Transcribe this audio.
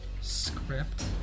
Script